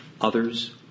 others